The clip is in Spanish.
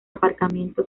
aparcamiento